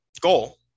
goal